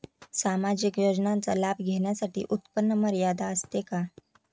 सामाजिक योजनांचा लाभ घेण्यासाठी उत्पन्न मर्यादा असते का?